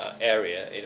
area